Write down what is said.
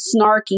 snarky